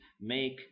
make